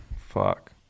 fuck